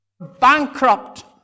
Bankrupt